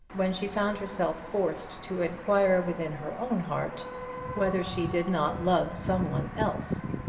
when she found herself forced to inquire within her own heart whether she did not love some one else.